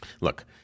Look